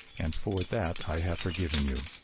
and for that i have forgiven you.